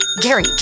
Gary